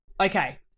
okay